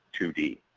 2D